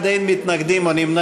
התקציב לשנות התקציב 2015 ו-2016) (תיקון מס' 2),